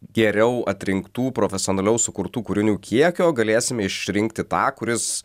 geriau atrinktų profesionaliau sukurtų kūrinių kiekio galėsime išrinkti tą kuris